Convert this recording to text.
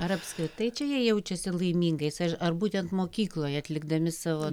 ar apskritai čia jie jaučiasi laimingais ar ar būtent mokykloj atlikdami savo